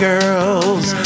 Girls